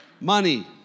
money